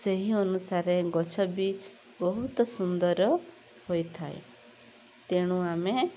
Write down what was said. ସେହି ଅନୁସାରେ ଗଛ ବି ବହୁତ ସୁନ୍ଦର ହୋଇଥାଏ ତେଣୁ ଆମେ